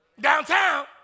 downtown